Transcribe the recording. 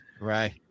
right